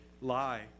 lie